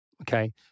Okay